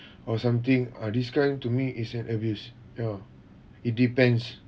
or something uh this kind to me is an abuse ya it depends